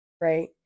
right